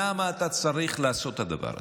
למה אתה צריך לעשות את הדבר הזה?